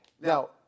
Now